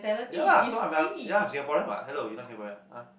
ya lah so I am ya I am Singaporean what hello you not Singaporean ah !huh!